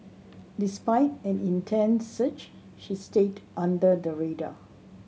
despite an intense search she stayed under the radar